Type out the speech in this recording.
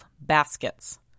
baskets